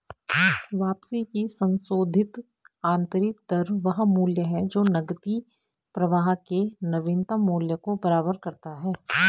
वापसी की संशोधित आंतरिक दर वह मूल्य है जो नकदी प्रवाह के नवीनतम मूल्य को बराबर करता है